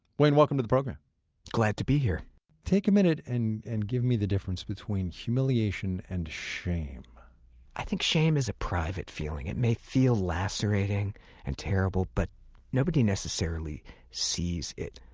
welcome to the program glad to be here take a minute and and give me the difference between humiliation and shame i think shame is a private feeling. it may feel lacerating and terrible, but nobody necessarily sees it.